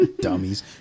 Dummies